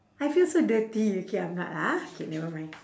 I feel so dirty okay I'm not ah K never mind